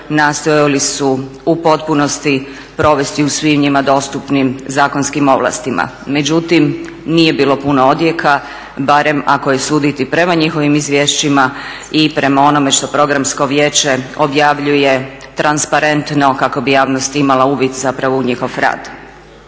nastojali su u potpunosti provesti u svim njima dostupnim zakonskim ovlastima. Međutim, nije bilo puno odjeka barem ako je suditi prema njihovim izvješćima i prema onome što programsko vijeće objavljuje transparentno kako bi javnost imala uvid zapravo u njegov rad.